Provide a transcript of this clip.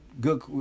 good